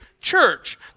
church